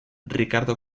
ricardo